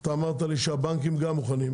אתה אמרת לי שהבנקים גם מוכנים.